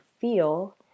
feel